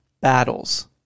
battles